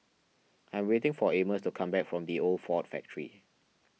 I am waiting for Amos to come back from the Old Ford Factor